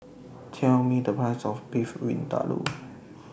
Tell Me The Price of Beef Vindaloo